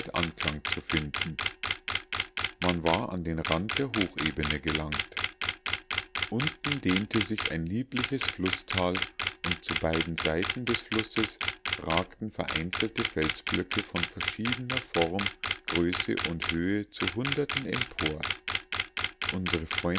anklang zu finden man war an den rand der hochebene gelangt unten dehnte sich ein liebliches flußtal und zu beiden seiten des flusses ragten vereinzelte felsblöcke von verschiedener form größe und höhe zu hunderten empor unsre